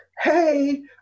hey